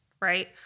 right